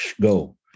go